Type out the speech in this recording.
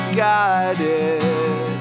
guided